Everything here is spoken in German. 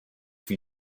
wie